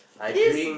this